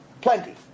plenty